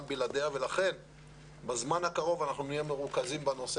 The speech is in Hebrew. בלעדיה ולכן בזמן הקרוב אנחנו נהיה מרוכזים בנושא